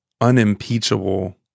unimpeachable